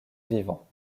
vivants